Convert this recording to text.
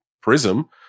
Prism